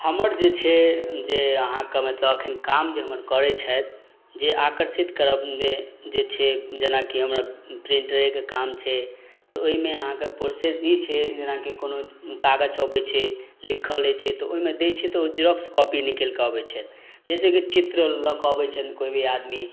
हमर जे छै जे अहाँक मतलब एखन काम जे हमर करय छथि जे आकर्षित करब जे छै जेनाकि हमरा प्रिंटरेके काम छै तऽ ओइमे अहाँके प्रोसेस ई छै जेनाकि कोनो कागज अबय छै लिखल रहय छै तऽ ओइमे दै छियै तऽ ओ जीरोक्स कॉपी निकालि कऽ अबय छथि जैसेकि चित्र लअ कऽ अबय छथि कोइ भी आदमी